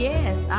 Yes